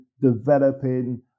developing